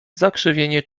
zakrzywienie